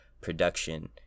production